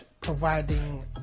providing